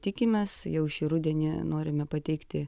tikimės jau šį rudenį norime pateikti